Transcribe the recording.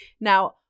Now